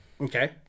Okay